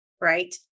right